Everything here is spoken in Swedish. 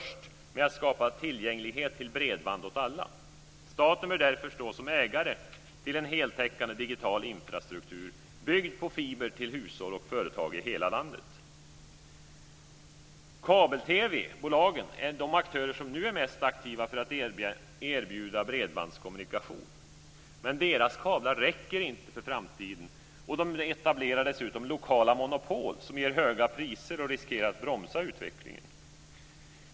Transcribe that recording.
Staten bör därför stå som ägare till en heltäckande digital infrastruktur, byggd på fiber till hushåll och företag i hela landet. Kabel-TV-bolagen är de aktörer som nu är mest aktiva för att erbjuda bredbandskommunikation men deras kablar räcker inte för framtiden.